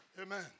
Amen